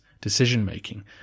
decision-making